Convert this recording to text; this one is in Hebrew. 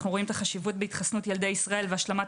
אנו רואים את החשיבות בהתחסנות ילדי ישראל והשלמת